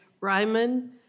Ryman